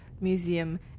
Museum